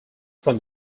from